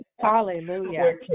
Hallelujah